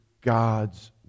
God's